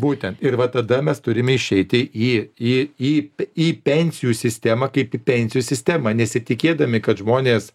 būtent ir va tada mes turime išeiti į į į į pensijų sistemą kaip į pensijų sistemą nesitikėdami kad žmonės